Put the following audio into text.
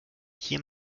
hier